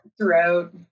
throughout